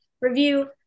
review